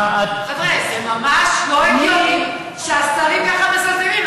חבר'ה, זה ממש לא הגיוני שהשרים ככה מזלזלים.